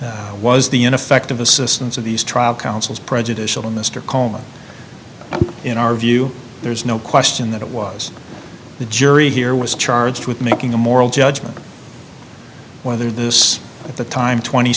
was the ineffective assistance of these trial counsels prejudicial mr coleman in our view there's no question that it was the jury here was charged with making a moral judgment whether this at the time twenty